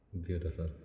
Beautiful